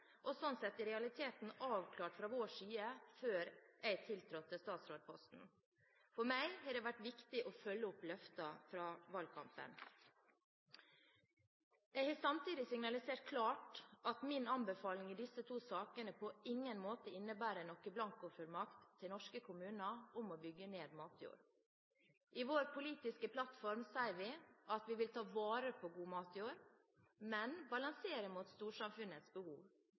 og sånn sett i realiteten avklart fra vår side før jeg tiltrådte statsrådsposten. For meg har det vært viktig å følge opp løftene fra valgkampen. Jeg har samtidig signalisert klart at min anbefaling i disse to sakene på ingen måte innebærer noen blankofullmakt til norske kommuner om å bygge ned matjord. I vår politiske plattform sier vi at vi vil ta vare på god matjord, men balansere mot storsamfunnets behov.